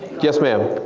yes ma'am?